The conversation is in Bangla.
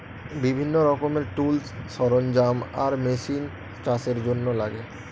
বিভিন্ন রকমের টুলস, সরঞ্জাম আর মেশিন চাষের জন্যে লাগে